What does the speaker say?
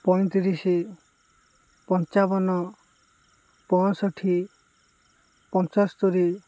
ପଇଁତିରିଶି ପଞ୍ଚାବନ ପଞ୍ଚଷଠି ପଞ୍ଚସ୍ତରୀ